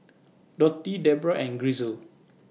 Dotty Debra and Grisel